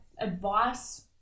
advice